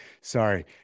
sorry